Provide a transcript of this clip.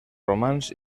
romans